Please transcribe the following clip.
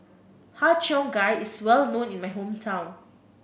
Har Cheong Gai is well known in my hometown